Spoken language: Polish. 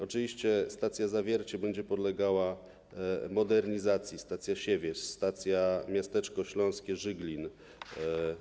Oczywiście stacja Zawiercie będzie podlegała modernizacji, stacja Siewierz, stacja Miasteczko Śląskie Żyglin.